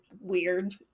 weird